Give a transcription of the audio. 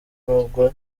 n’ubwo